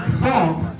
salt